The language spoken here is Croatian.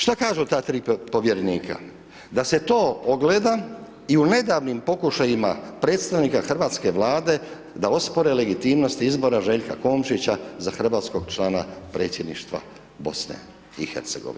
Šta kažu ta tri povjerenika, da se to ogleda i u nedavnim pokušajima predstavnika hrvatske Vlade da ospore legitimnost izbora Željka Komšića za hrvatskog člana predsjedništva BiH.